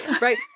right